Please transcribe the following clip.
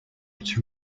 its